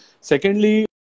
Secondly